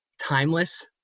timeless